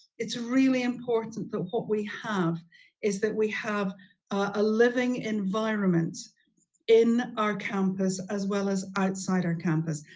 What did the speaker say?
it's really important that what we have is that we have a living environment in our campus, as well as outside our campus.